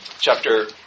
chapter